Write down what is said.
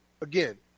Again